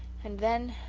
and then